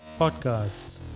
podcast